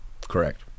Correct